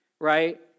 Right